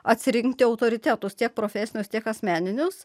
atsirinkti autoritetus tiek profesinius tiek asmeninius